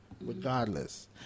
regardless